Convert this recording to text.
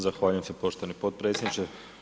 Zahvaljujem se poštovani potpredsjedniče.